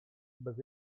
bez